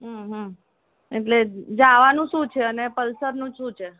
હમ્મ એટલે જાવાનું શું છે અને પલ્સરનું શું છે